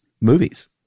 movies